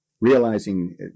realizing